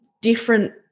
different